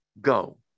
go